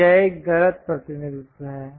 तो यह एक गलत प्रतिनिधित्व है